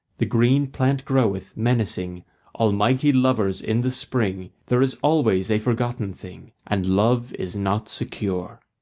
the green plant groweth, menacing almighty lovers in the spring there is always a forgotten thing, and love is not secure.